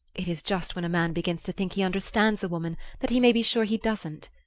it is just when a man begins to think he understands a woman that he may be sure he doesn't!